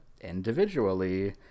individually